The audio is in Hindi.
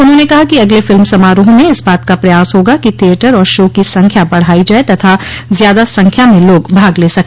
उन्होंने कहा कि अगले फिल्म समारोह में इस बात का प्रयास होगा कि थियेटर और शो की संख्या बढ़ाई जाये तथा ज्यादा संख्या में लोग भाग ले सके